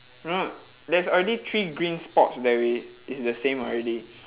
not there's already three green spots there i~ it's the same already